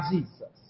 Jesus